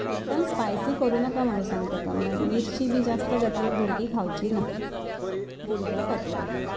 एकदम स्पायसी करूं नाका म्हूण सांग ताका मिर्ची बी जास्त घातल्यार भुरगीं खावची ना भुरग्यां खातीर हें